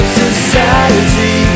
society